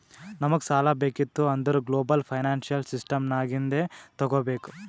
ನಮುಗ್ ಸಾಲಾ ಬೇಕಿತ್ತು ಅಂದುರ್ ಗ್ಲೋಬಲ್ ಫೈನಾನ್ಸಿಯಲ್ ಸಿಸ್ಟಮ್ ನಾಗಿಂದೆ ತಗೋಬೇಕ್